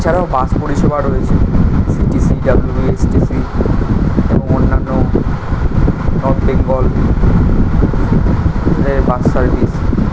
এছাড়াও বাস পরিষেবা রয়েছে সিটিসি ডাব্লুবিএসটিসি এবং অন্যান্য নর্থ বেঙ্গল এর বাস সার্ভিস